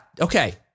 okay